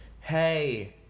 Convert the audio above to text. hey